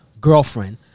girlfriend